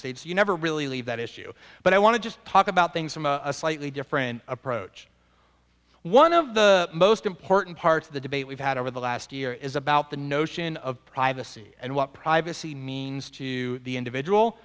states you never really leave that issue but i want to just talk about things from a slightly different approach one of the most important parts of the debate we've had over the last year is about the notion of privacy and what privacy means to the individual